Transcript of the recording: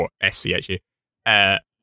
S-C-H-U